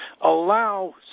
allow